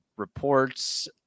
reports